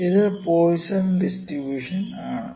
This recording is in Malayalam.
ഇത് പോയിസ്സോൻ ഡിസ്ട്രിബൂഷൻ ആണ്